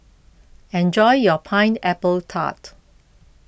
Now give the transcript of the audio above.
enjoy your Pineapple Tart